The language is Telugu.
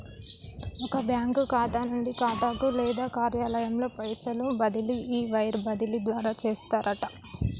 ఒక బ్యాంకు ఖాతా నుండి ఖాతాకు లేదా కార్యాలయంలో పైసలు బదిలీ ఈ వైర్ బదిలీ ద్వారా చేస్తారట